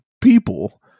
people